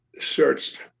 searched